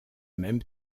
même